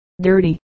dirty